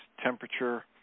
temperature